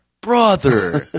Brother